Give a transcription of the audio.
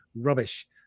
rubbish